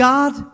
God